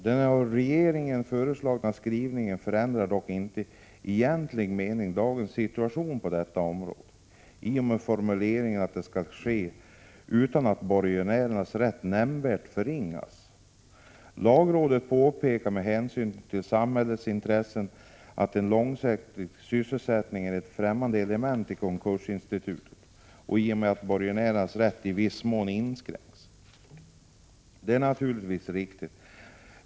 Den av regeringen föreslagna skrivningen förändrar dock inte i egentlig mening dagens situation på detta område, i och med att regeringen i sin formulering skriver att detta skall ske ”utan att borgenärernas rätt nämnvärt förringas”. Lagrådet påpekar att hänsyn till samhällets intresse av långsiktig sysselsättning är ett främmande element i konkursinstitutet i och med att borgenärernas rätt i viss mån inskränks. Detta är naturligtvis riktigt.